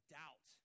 doubt